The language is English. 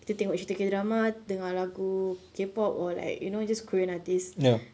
kita tengok cerita K drama dengar lagu K-pop or like you know just korean artist